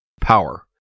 power